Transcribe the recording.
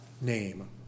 name